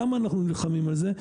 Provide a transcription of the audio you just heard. למה אנחנו נלחמים על זה?